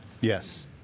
Yes